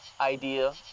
idea